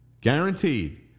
Guaranteed